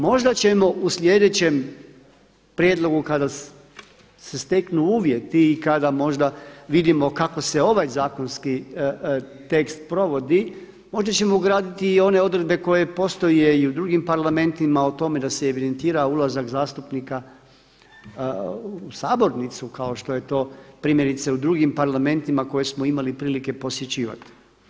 Možda ćemo u sljedećem prijedlogu kada se steknu uvjeti i kada možda vidimo kako se ovaj zakonski tekst provodi možda ćemo ugraditi i one odredbe koje postoje i u drugim parlamentima o tome da se evidentira ulazak zastupnika u sabornicu kao što je to primjerice u drugim parlamentima koje smo imali prilike posjećivati.